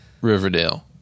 Riverdale